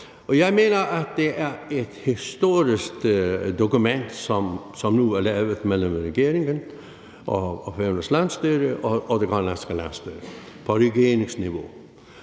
Jeg mener, at det er et historisk dokument, som nu er lavet mellem regeringen og Færøernes landsstyre og det grønlandske landsstyre på regeringsniveau.